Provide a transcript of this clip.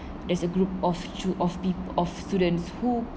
there's a group of two of peo~ of students who